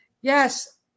Yes